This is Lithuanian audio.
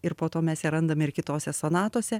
ir po to mes ją randame ir kitose sonatose